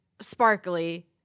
sparkly